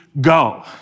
go